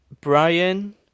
Brian